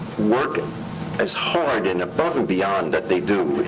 work and as hard and above and beyond that they do,